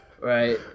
Right